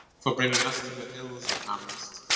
for bringing us to the hills of amherst.